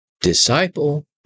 Disciple